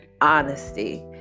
honesty